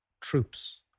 troops